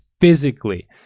physically